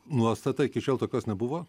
nuostata iki šiol tokios nebuvo